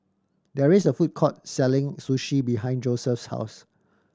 there is a food court selling Sushi behind Joesph's house